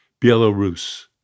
Belarus